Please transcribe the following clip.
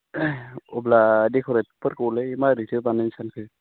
अब्ला डेक'रेसनफोरखौलाय माब्रैथो बानायनो सानखो